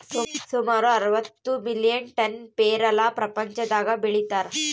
ಸುಮಾರು ಅರವತ್ತು million ton ಪೇರಲ ಪ್ರಪಂಚದಾಗ ಬೆಳೀತಾರ